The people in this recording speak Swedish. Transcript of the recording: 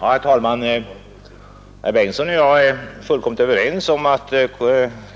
Herr talman! Herr Bengtsson och jag är fullständigt överens om att